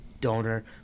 donor